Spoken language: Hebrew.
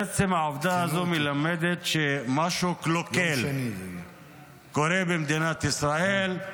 עצם העובדה הזו מלמד שמשהו קלוקל קורה במדינת ישראל.